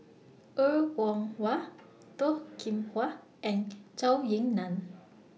Er Kwong Wah Toh Kim Hwa and Zhou Ying NAN